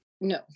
no